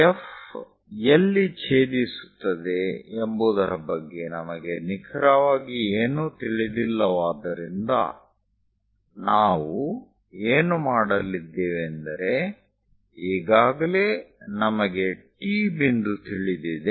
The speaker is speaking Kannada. F ಎಲ್ಲಿ ಛೇದಿಸುತ್ತದೆ ಎಂಬುವುದರ ಬಗ್ಗೆ ನಮಗೆ ನಿಖರವಾಗಿ ಏನೂ ತಿಳಿದಿಲ್ಲವಾದ್ದರಿಂದ ನಾವು ಏನು ಮಾಡಲಿದ್ದೇವೆ ಎಂದರೆ ಈಗಾಗಲೇ ನಮಗೆ T ಬಿಂದು ತಿಳಿದಿದೆ